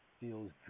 feels